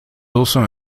also